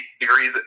degrees